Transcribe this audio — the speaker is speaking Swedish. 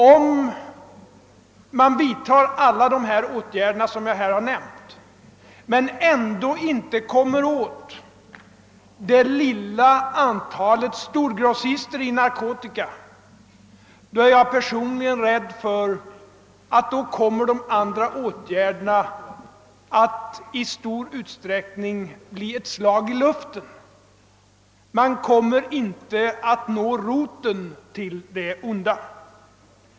Om man vidtar alla de åtgärder som jag här har nämnt men ändå inte kommer åt det lilla antalet storgrossister i narkotika, då är jag personligen rädd för att de andra åtgärderna i stor utsträckning kommer att bli ett slag i luften. Man kommer inte att nå roten till det onda.